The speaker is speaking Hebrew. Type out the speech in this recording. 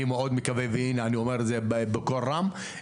אני אומר את זה בקול רם,